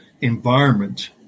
environment